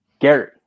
Gary